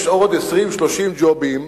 יש עוד 20 30 ג'ובים,